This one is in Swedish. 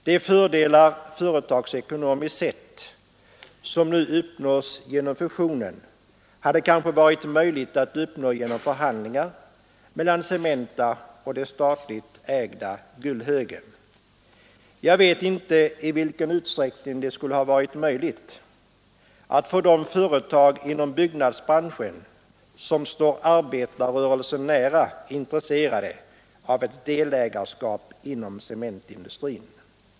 De fördelar företagsekonomiskt sett som nu uppnås genom fusionen borde ha varit möjliga att uppnå genom förhandlingar mellan Cementa och det statligt ägda Gullhögen. Jag vet inte i vilket utsträckning det skulle ha varit möjligt att få de företag inom byggnadsbranschen som står arbetarrörelsen nära intresserade av ett delägarskap inom cementindustrin.